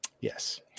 Yes